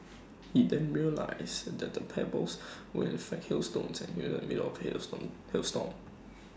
he then realised that the 'pebbles' were in fact hailstones and he was in the middle of hail storm hail storm